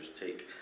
take